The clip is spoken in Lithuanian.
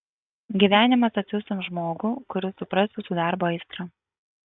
gyvenimas atsiųs jums žmogų kuris supras jūsų darbo aistrą